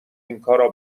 اینکارا